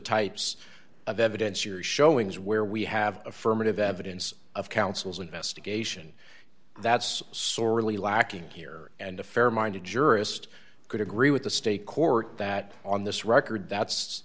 types of evidence you're showing is where we have affirmative evidence of counsel's investigation that's sorely lacking here and a fair minded jurist could agree with the state court that on this record that's